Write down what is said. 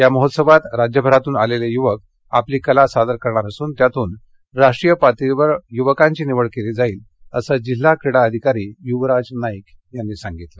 या महोत्सवात राज्य भरातून आलेले यूवक आपली कला सादर करणार असून यातून राष्ट्रीय पातळीवर युवकांची निवड केली जाईल असं जिल्हा क्रीडा अधिकारी युवराज नाईक यांनी सांगितलं